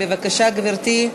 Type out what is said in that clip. בבקשה, גברתי.